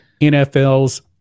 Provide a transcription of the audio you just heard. NFL's